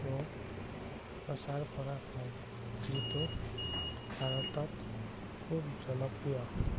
show প্ৰচাৰ কৰা হয় যিটো ভাৰতত খুব জনপ্ৰিয়